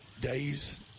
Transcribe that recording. days